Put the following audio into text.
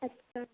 اچھا